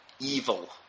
evil